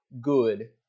good